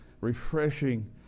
Refreshing